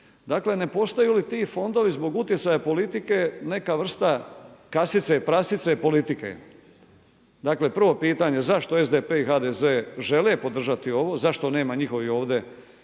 Dakle ne postoje li ti fondovi zbog utjecaja politike neka vrsta kasice prasice politike? Dakle, prvo pitanje zašto SDP i HDZ žele podržati ovo, zašto nema njihovih ovdje